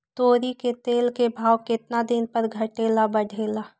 तोरी के तेल के भाव केतना दिन पर घटे ला बढ़े ला?